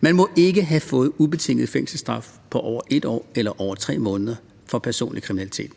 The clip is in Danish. Man må ikke have fået en ubetinget fængselsstraf på over 1 år eller over 3 måneder for personfarlig kriminalitet.